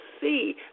see